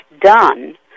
done